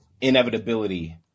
inevitability